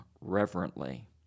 reverently